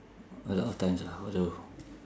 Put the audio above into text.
a lot of times ah !aduh!